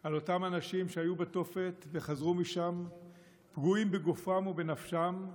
על אותם אנשים שהיו בתופת וחזרו משם פגועים בגופם ובנפשם,